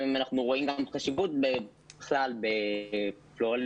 אנחנו רואים גם חשיבות בכלל בפלורליזם,